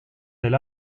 del